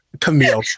Camille